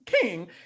king